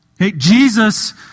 Jesus